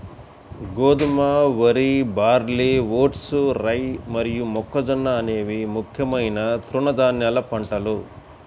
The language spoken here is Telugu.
గోధుమ, వరి, బార్లీ, వోట్స్, రై మరియు మొక్కజొన్న అనేవి ముఖ్యమైన తృణధాన్యాల పంటలు